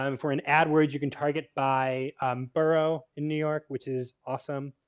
um for an adwords you can target by borough in new york which is awesome.